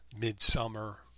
midsummer